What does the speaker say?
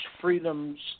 freedoms